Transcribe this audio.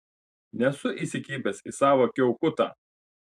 nesu įsikibęs į savo kiaukutą